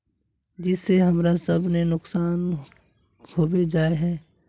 जिस से हमरा सब के नुकसान होबे जाय है?